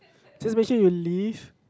so basically we would leave